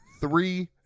three